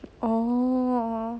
oh